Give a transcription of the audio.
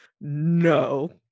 no